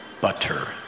butter